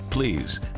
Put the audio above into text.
Please